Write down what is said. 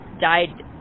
died